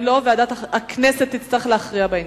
אם לא, ועדת הכנסת תצטרך להכריע בעניין.